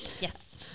yes